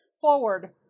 forward